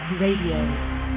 Radio